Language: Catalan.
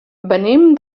venim